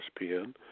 ESPN